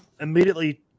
immediately